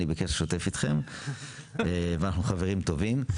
בקשר שוטף איתכם ואנחנו חברים טובים.